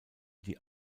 die